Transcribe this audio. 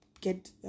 get